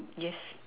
yes